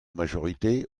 majorité